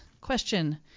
question